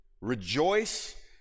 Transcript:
Rejoice